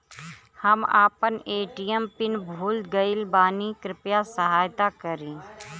हम आपन ATM PIN भूल गईल बानी कृपया सहायता करी